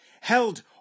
held